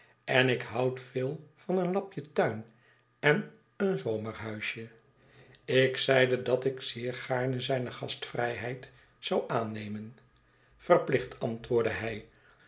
en ik houd veel van een lapje turn en een zomerhuisje ik zeide dat ik zeer gaarne zijne gastvrijheid zou aannemen verplicht antwoordde hij